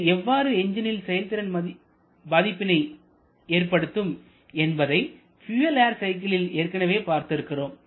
இது எவ்வாறு எஞ்ஜினில் செயல்திறன் பாதிப்பினை ஏற்படுத்தும் என்பதை நாம் பியூயல் ஏர் சைக்கிளில் ஏற்கனவே பார்த்து இருக்கிறோம்